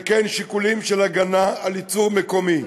וכן שיקולים של הגנה על ייצור מקומי,